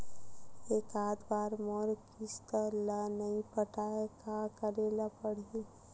एकात बार मोर किस्त ला नई पटाय का करे ला पड़ही?